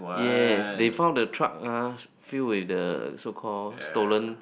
yes they found the truck ah filled with the so called stolen